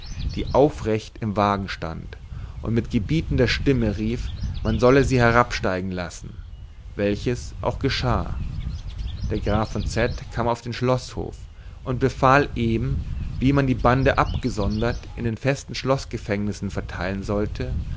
die aufrecht im wagen stand und mit gebietender stimme rief man solle sie herabsteigen lassen welches auch geschah der graf von z kam auf den schloßhof und befahl eben wie man die bande abgesondert in den festen schloßgefängnissen verteilen solle